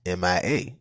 MIA